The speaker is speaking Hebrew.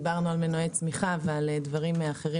דיברנו על מנועי צמיחה ועל דברים אחרים